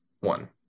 one